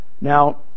Now